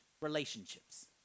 relationships